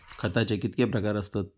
खताचे कितके प्रकार असतत?